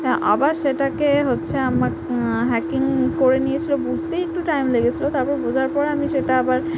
আবার সেটাকে হচ্ছে আমাকে হ্যাকিং করে নিয়েছিল বুঝতেই একটু টাইম লেগেছিল তারপর বোঝার পর আমি সেটা আবার